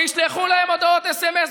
תשלחו להם הודעות סמ"ס,